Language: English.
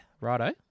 righto